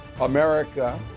America